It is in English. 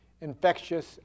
infectious